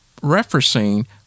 referencing